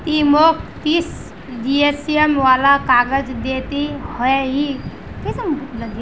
ती मौक तीस जीएसएम वाला काग़ज़ दे ते हैय्